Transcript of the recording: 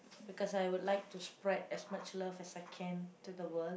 because I would like to spread as much love as I can to the world